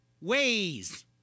ways